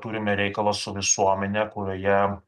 turime reikalą su visuomene kurioje